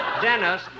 Dennis